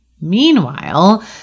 Meanwhile